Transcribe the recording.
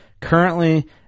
Currently